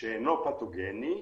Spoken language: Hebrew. שאינו פתוגני,